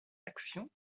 actions